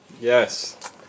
Yes